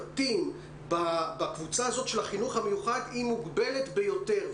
המיוחד נמצאים בבתים היא מוגבלת ביותר.